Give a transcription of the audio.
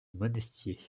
monestier